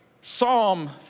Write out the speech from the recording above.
Psalm